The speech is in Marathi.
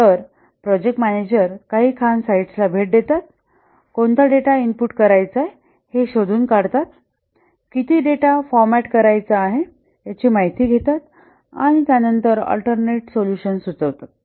तर प्रोजेक्ट मॅनेजर काही खाण साइटला भेट देतात कोणता डेटा इनपुट करायचा हे शोधून काढतात किती डेटा फॉरमॅट करायचा याची माहिती घेता आणि याप्रमाणे नंतर आल्टर्नेट सोल्यूशन्स सुचवतात